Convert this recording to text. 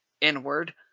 inward